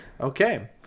okay